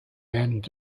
end